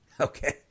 Okay